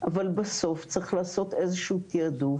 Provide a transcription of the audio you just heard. אבל בסוף צריך לעשות איזשהו תעדוף